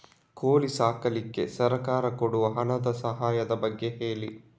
ಕೋಳಿ ಸಾಕ್ಲಿಕ್ಕೆ ಸರ್ಕಾರ ಕೊಡುವ ಹಣದ ಸಹಾಯದ ಬಗ್ಗೆ ಹೇಳಿ